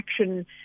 action